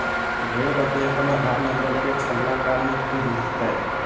भेड़ बकरी अपन आधार नंबर के छल्ला कान में पिन्हतय